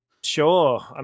Sure